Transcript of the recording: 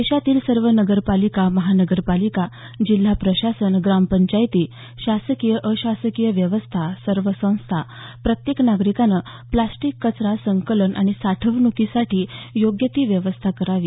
देशातील सर्व नगरपालिका महानगरपालिका जिल्हा प्रशासन ग्रामपंचायती शासकीय अशासकीय व्यवस्था सर्व संस्था प्रत्येक नागरिकानं प्लास्टिक कचरा संकलन आणि साठवणुकीसाठी योग्य ती व्यवस्था करावी